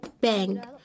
bang